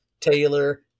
taylor